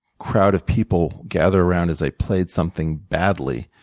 crowd of people gather around as i played something badly.